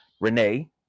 Renee